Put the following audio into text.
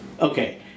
Okay